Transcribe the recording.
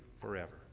forever